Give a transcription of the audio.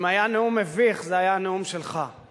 אם היה נאום מביך זה היה הנאום שלך.